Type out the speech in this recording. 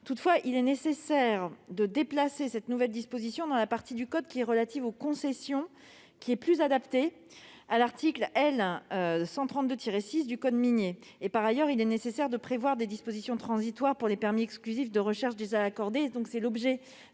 Toutefois, il est nécessaire de déplacer ce nouveau dispositif dans la partie du code relative aux concessions, mieux adaptée, c'est-à-dire à l'article L. 132-6 du code minier. Par ailleurs, il est nécessaire de prévoir des dispositions transitoires pour les permis exclusifs de recherche déjà accordés.